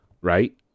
right